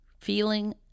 feeling